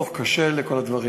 דוח קשה על כל הדברים.